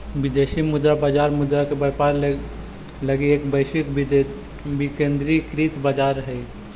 विदेशी मुद्रा बाजार मुद्रा के व्यापार लगी एक वैश्विक विकेंद्रीकृत बाजार हइ